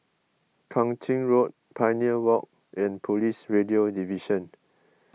Kang Ching Road Pioneer Walk and Police Radio Division